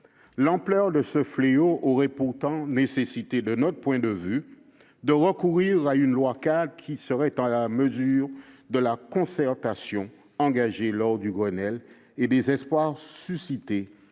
L'ampleur de ce fléau aurait pourtant nécessité, de notre point de vue, de recourir à une loi-cadre qui aurait été à la mesure de la concertation engagée lors du Grenelle et des espoirs qu'il